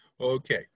Okay